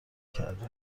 کردی